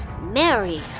Mary